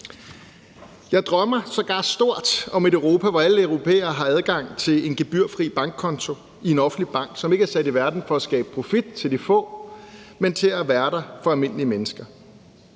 Jeg drømmer sågar stort om et Europa, hvor alle europæere har adgang til en gebyrfri bankkonto i en offentlig bank, som ikke er sat i verden for at skabe profit til de få, men til at være der for almindelige mennesker.